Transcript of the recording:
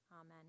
Amen